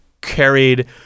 carried